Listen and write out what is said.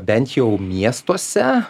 bent jau miestuose